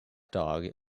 dog